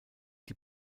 die